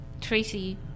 Tracy